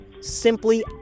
simply